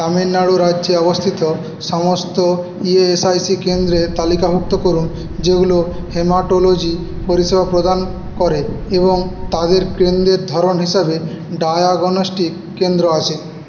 তামিলনাড়ু রাজ্যে অবস্থিত সমস্ত ই এস আই সি কেন্দ্রের তালিকাভুক্ত করুন যেগুলো হেমাটোলজি পরিষেবা প্রদান করে এবং তাদের কেন্দ্রের ধরন হিসাবে ডায়াগনস্টিক কেন্দ্র আছে